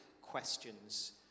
questions